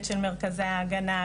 של מרכזי ההגנה,